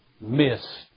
missed